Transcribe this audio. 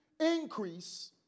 increase